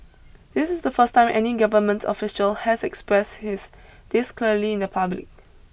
this is the first time any government official has expressed his this clearly in the public